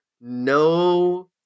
no